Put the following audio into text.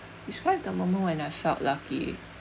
describe the moment when I felt lucky